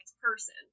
person